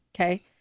Okay